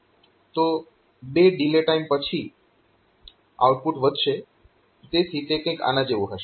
તો 2 delay time પછી output વધશે તેથી તે કંઈક આના જેવું હશે